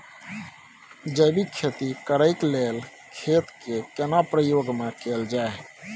जैविक खेती करेक लैल खेत के केना प्रयोग में कैल जाय?